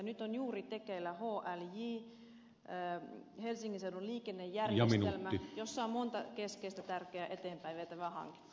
nyt on juuri tekeillä hlj helsingin seudun liikennejärjestelmä jossa on monta keskeistä tärkeää eteenpäin vietävää hanketta